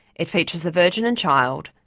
it features the virgin and child,